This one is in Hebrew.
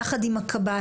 יחד עם הקב"סים.